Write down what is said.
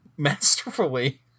masterfully